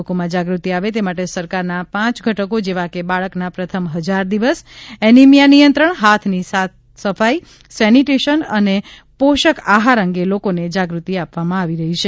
લોકોમાં જાગૃતિ આવે તે માટે સરકારના પાંચ ઘટકો જેવા કે બાળકના પ્રથમ હજાર દિવસ એનિમિયા નિયંત્રણ હાથની સાફ સફાઈ સેનિટેશન અને પોષક આહાર અંગે લોકોને જાગૃતિ આપવામાં આવી રહ્યો છે